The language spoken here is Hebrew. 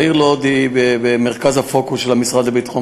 העיר לוד היא בפוקוס של המשרד לביטחון